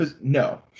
No